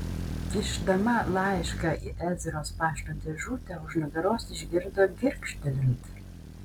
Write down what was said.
kišdama laišką į ezros pašto dėžutę už nugaros išgirdo girgžtelint